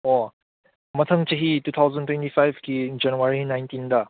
ꯑꯣ ꯃꯊꯪ ꯆꯍꯤ ꯇꯨ ꯊꯥꯎꯖꯟ ꯇ꯭ꯋꯦꯟꯇꯤ ꯐꯥꯏꯕꯀꯤ ꯖꯅꯋꯥꯔꯤ ꯅꯥꯏꯟꯇꯤꯟꯗ